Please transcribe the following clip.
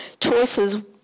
Choices